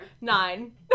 Nine